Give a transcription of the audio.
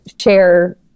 share